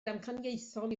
damcaniaethol